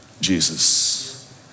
Jesus